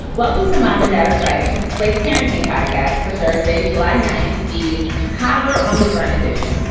welcome to mom and dad are fighting slate's parenting podcast for thursday, july ninth, the toddler on the run edition.